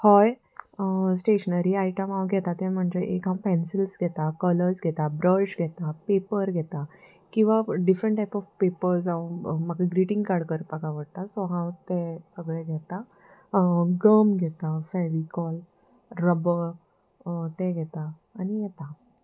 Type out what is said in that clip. हय stationery item हांव घेता तें म्हणजे एक हांव पेन्सिल्स घेता कलर्स घेता ब्रश घेता पेपर घेता किंवां डिफरंट टायप ऑफ पेपर्स हांव म्हाका ग्रिटींग कार्ड करपाक आवडटा सो हांव ते सगळें घेता गम घेता फॅविकॉल रबर तें घेता आनी येता